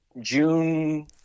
June